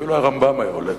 אפילו הרמב"ם היה הולך.